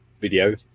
video